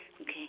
Okay